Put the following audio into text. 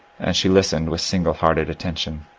and she listened with single hearted attention.